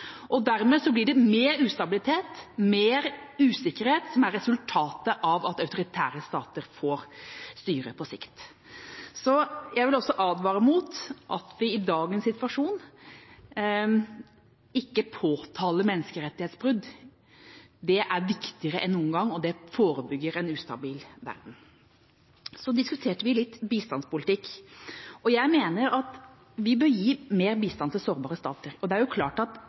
Dermed blir det mer ustabilitet, mer usikkerhet, som på sikt er resultatet av at autoritære stater får styre. Jeg vil også advare mot at vi i dagens situasjon ikke påtaler menneskerettighetsbrudd. Det er viktigere enn noen gang, og det forebygger en ustabil verden. Vi diskuterte bistandspolitikk litt. Jeg mener at vi bør gi mer bistand til sårbare stater, og det er klart at